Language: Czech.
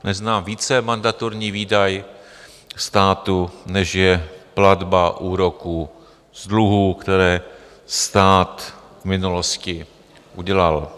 Neznám více mandatorní výdaj státu, než je platba úroků z dluhů, které stát v minulosti udělal.